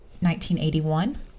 1981